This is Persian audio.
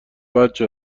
بچه